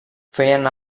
feien